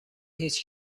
هیچ